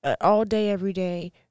all-day-every-day